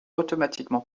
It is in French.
automatiquement